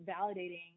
validating